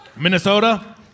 Minnesota